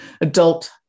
adult